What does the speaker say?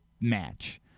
match